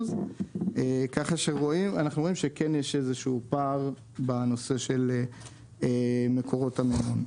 כך שאנחנו רואים שכן יש איזה שהוא פער בנושא של מקורות המימון.